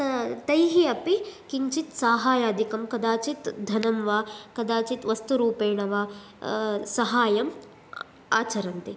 तैः अपि किञ्चित् सहायादिकं कदाचित् धनं वा कदाचित् वस्तुरूपेण वा सहायं आचरन्ति